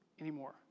anymore